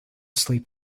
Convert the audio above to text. sleep